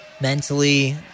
Mentally